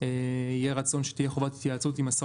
יהיה רצון תהיה חובת התייעצות עם השר